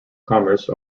commerce